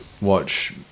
watch